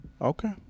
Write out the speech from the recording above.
Okay